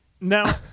Now